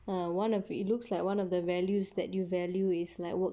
uh one of it looks like one of the values that you value is like work